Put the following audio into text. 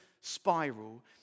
spiral